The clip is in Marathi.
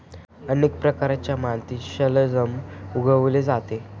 अनेक प्रकारच्या मातीत शलजम उगवले जाते